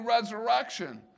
resurrection